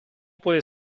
puede